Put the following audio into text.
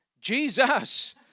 Jesus